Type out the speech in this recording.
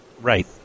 Right